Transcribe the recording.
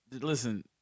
Listen